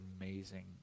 amazing